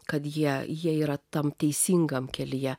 kad jie jie yra tam teisingam kelyje